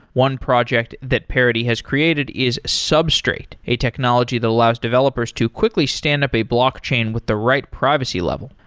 one project that parity has created is substraight, a technology that allows developers to quickly standup a blockchain with the right privacy level.